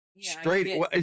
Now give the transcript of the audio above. straight